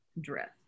Drift